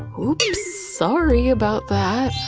oops, sorry about that,